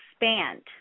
expand